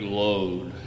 load